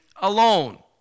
alone